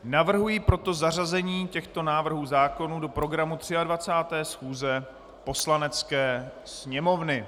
Navrhuji proto zařazení těchto návrhů zákonů do programu 23. schůze Poslanecké sněmovny.